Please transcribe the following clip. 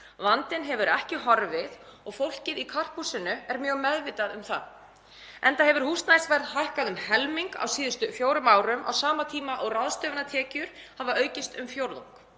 Vandinn hefur ekki horfið og fólkið í Karphúsinu er mjög meðvitað um það, enda hefur húsnæðisverð hækkað um helming á síðustu fjórum árum, á sama tíma og ráðstöfunartekjur hafa aukist um fjórðung.